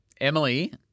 Emily